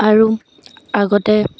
আৰু আগতে